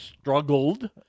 struggled